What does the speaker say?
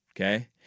okay